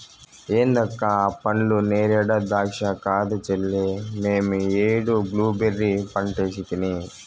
ఏంది అక్క ఆ పండ్లు నేరేడా దాచ్చా కాదు చెల్లే మేమీ ఏడు బ్లూబెర్రీ పంటేసితిని